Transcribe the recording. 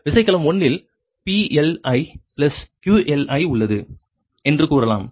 விசைக்கலம் 1 இல் PLijQLi உள்ளது என்று கூறலாம்